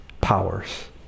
powers